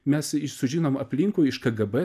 mes iš žinom aplinkui iš kgb